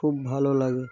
খুব ভালো লাগে